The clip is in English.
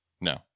No